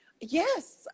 Yes